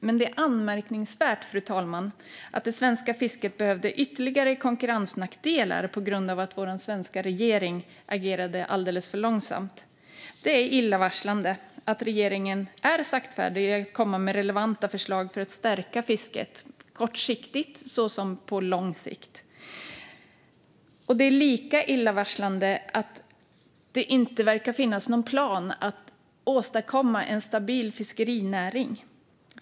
Men det är anmärkningsvärt, fru talman, att det svenska fisket behövde ytterligare konkurrensnackdelar på grund av att vår svenska regering agerade alldeles för långsamt. Det är illavarslande att regeringen är saktfärdig när det gäller relevanta förslag för att stärka fisket kortsiktigt och långsiktigt. Det är lika illavarslande att det inte verkar finnas någon plan att åstadkomma en stabil fiskerinäring.